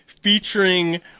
Featuring